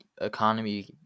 economy